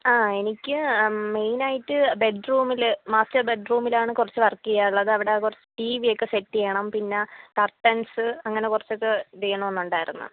ആ എനിക്ക് മൈനായിട്ട് ബെഡ്റൂമില് മാസ്റ്റർ ബെഡ്റൂമിലാണ് കുറച്ച് വർക്ക് ചെയ്യാനുള്ളത് അവിടെ കുറച്ചും ടി വി യൊക്കെ സെറ്റ് ചെയ്യണം പിന്നെ കർട്ടൻസ് അങ്ങനെ കുറച്ചൊക്കെ ഇത് ചെയ്യണമെന്നുണ്ടായിരുന്നു